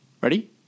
ready